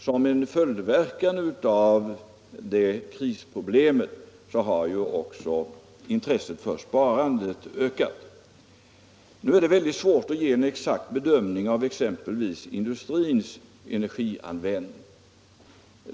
Som en följd av de krisproblem som vi då upplevde har också intresset för sparandet ökat. Nu är det mycket svårt att göra en exakt bedömning av exempelvis industrins energianvändning.